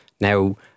Now